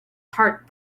heart